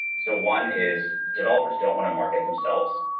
so one is developers don't want to market themselves.